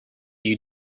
you